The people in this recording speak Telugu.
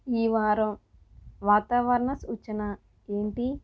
ఈ వారం వాతావరణ సూచన ఏంటి